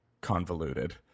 convoluted